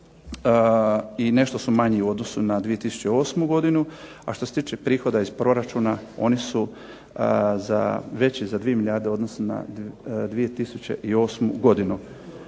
i nešto su manji u odnosu na 2008. godinu, a što se tiče prihoda iz proračuna oni su veći za 2 milijarde u odnosu na 2008. godinu.